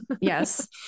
Yes